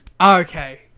Okay